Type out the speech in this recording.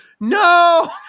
no